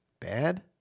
Bad